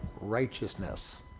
righteousness